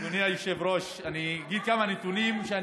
אדוני היושב-ראש, אני אגיד כמה נתונים.